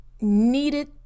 needed